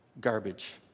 garbage